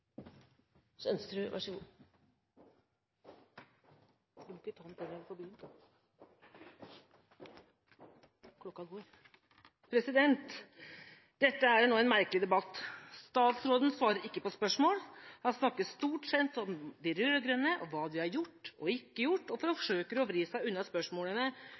en merkelig debatt. Statsråden svarer ikke på spørsmål, han snakker stort sett om de rød-grønne, om hva de har gjort og ikke gjort, og forsøker å vri seg unna spørsmålene